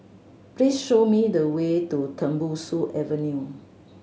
please show me the way to Tembusu Avenue